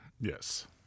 Yes